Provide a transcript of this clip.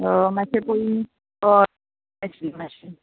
माय ते पयली अ माश्शी माश्शी